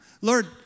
Lord